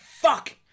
Fuck